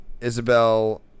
Isabel